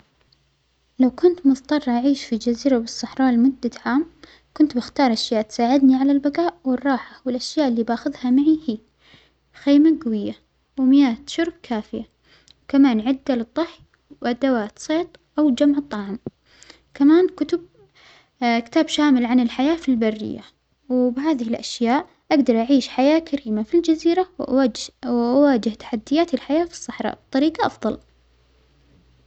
لو كنت مظطرة أعيش فى جزيرة في الصحراء لمدة عام كنت بختار أشياء تساعدنى على البجاء والراحة، والأشياء اللى بأخذها معى هى خيمة جوية ومياة شرب كافية وكمان عدة للطهي وأدوات صيد أو جمع الطعام وكمان كتب كتاب شامل عن الحياة في البرية، وبهذه الأشياء أجدر أعيش حياة كريمة في الجزيرة وأواج-وأواجه تحديات الحياة في الصحراء بطريجة أفضل.